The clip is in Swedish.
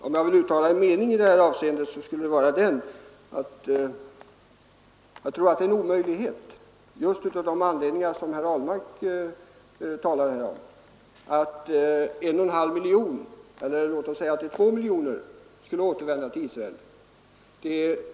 Om jag skall uttala en mening i detta avseende skulle det vara den att jag tror att det är en omöjlighet, just av de anledningar som herr Ahlmark pekat på, att en och en halv miljon eller låt oss säga två miljoner skulle återvända till Israel.